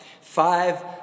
Five